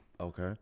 Okay